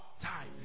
time